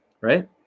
right